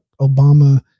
Obama